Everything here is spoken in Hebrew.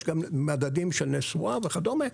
יש גם מדדים של נסועה וכדומה,